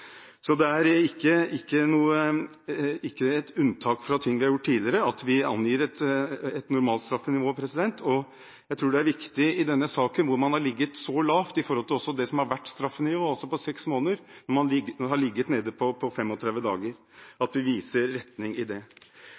Så det å angi et normalstraffenivå er ikke noe unntak fra ting vi har gjort tidligere. Jeg tror det er viktig i denne saken – hvor man har ligget så lavt som 35 dager i forhold til et straffenivå på seks måneder – at vi viser retning. Ellers vil det selvsagt være skjerpende hvis man kommer hit med det formål å begå kriminalitet, altså at